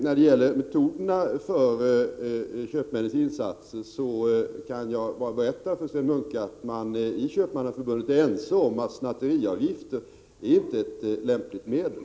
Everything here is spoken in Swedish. När det gäller metoderna för köpmännens insatser kan jag bara berätta för Sven Munke att man i Köpmannaförbundet är ense om att snatteriavgifter inte är ett lämpligt medel.